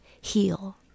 heal